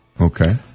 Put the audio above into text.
Okay